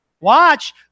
Watch